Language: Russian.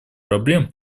проблем